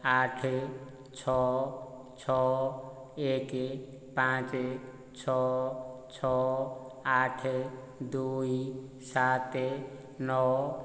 ଆଠ ଛଅ ଛଅ ଏକ ପାଞ୍ଚ ଛଅ ଛଅ ଆଠ ଦୁଇ ସାତ ନଅ